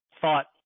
thought